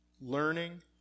learning